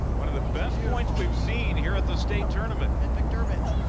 one of the best points we've seen here at the state tournament. and mcdermott